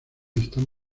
están